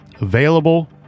available